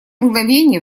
мгновение